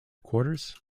quarters